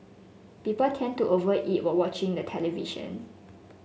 people tend to over eat while watching the television